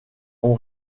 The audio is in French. ont